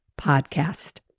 podcast